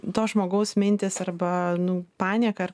to žmogaus mintys arba nu panieka ar